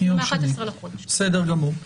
בסדר גמור,